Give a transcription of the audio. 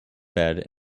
bed